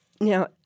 Now